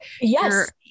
yes